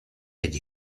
teď